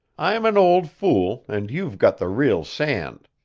i'm an old fool, and you've got the real sand.